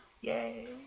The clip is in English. Yay